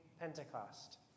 Pentecost